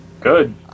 Good